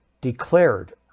declared